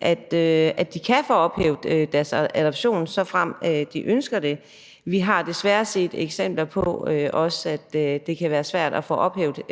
at de kan få ophævet deres adoption, såfremt de ønsker det. Vi har desværre set eksempler på, at det kan være svært at få ophævet